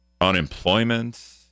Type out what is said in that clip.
unemployment